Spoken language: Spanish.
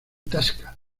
tasca